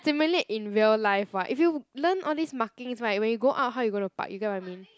simulate in real life what if you learn all these markings [right] when you go out how are you gonna park you get what I mean